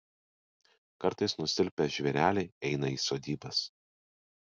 kartais nusilpę žvėreliai eina į sodybas